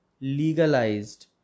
legalized